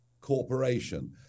corporation